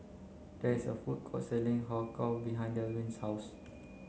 there is a food court selling Har Kow behind Delwin's house